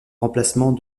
remplacement